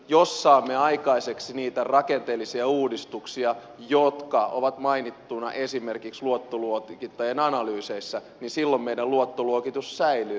jos saamme aikaiseksi niitä rakenteellisia uudistuksia jotka ovat mainittuina esimerkiksi luottoluokittajien analyyseissä niin silloin meidän luottoluokitus säilyy